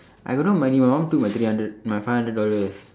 I got no money my mum two point three hundred my five hundred dollars